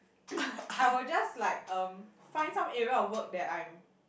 I would just like um find some area of work that I'm